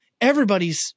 everybody's